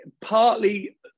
partly